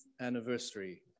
anniversary